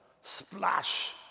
Splash